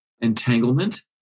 entanglement